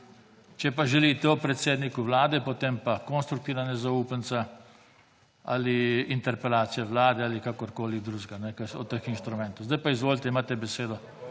če pa želite, o predsedniku Vlade, potem pa konstruktivna nezaupnica, ali interpelacija Vlade, ali kakorkoli drugega od teh instrumentov. Zdaj pa izvolite, imate besedo.